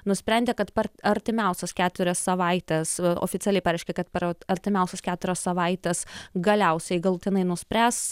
nusprendė kad per artimiausias keturias savaites oficialiai pareiškė kad per artimiausias keturias savaites galiausiai galutinai nuspręs